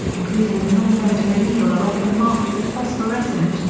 including the north end of the needle are often marked with phosphorescent,